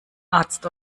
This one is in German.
arzt